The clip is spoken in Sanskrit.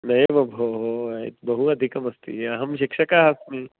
नैव भोः बहु अधिकम् अस्ति अहं शिक्षकः अस्मि